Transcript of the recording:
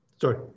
Sorry